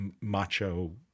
macho